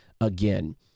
again